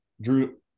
Drew